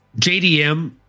jdm